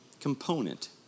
component